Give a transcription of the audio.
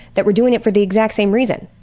that were doing it for the exact same reason,